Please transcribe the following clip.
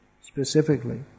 specifically